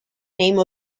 name